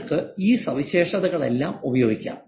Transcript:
നിങ്ങൾക്ക് ഈ സവിശേഷതകളെല്ലാം ഉപയോഗിക്കാം